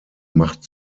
macht